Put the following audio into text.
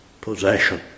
possession